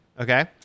Okay